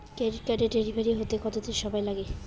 Credit কার্ডের delivery হতে কতদিন সময় লাগে?